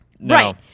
right